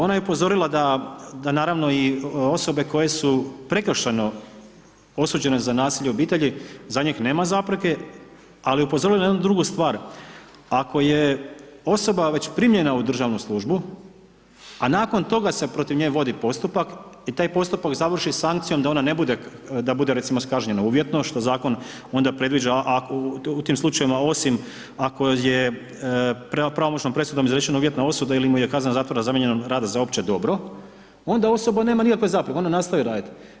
Ona je upozorila da, da naravno i osobe koje su prekršajno osuđene za nasilje u obitelji, za njih nema zapreke ali je upozorilo na jednu drugu stvar, ako je osoba već primljena u državnu službu a nakon toga se protiv nje vodi postupak i taj postupak završi sankcijom da ona ne bude, da bude recimo kažnjena uvjetno, što zakon onda predviđa, u tim slučajevima osim ako je pravomoćnom presudom izrečena uvjetna osuda ili mu je kazna zatvora zamijenjena radom za opće dobro onda osoba nema nikakve zapreke, onda nastavi raditi.